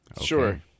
Sure